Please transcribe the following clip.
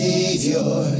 Savior